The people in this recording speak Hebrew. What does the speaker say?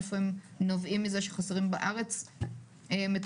איפה הם נובעים מזה שחסרים בארץ מטפלים